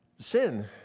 sin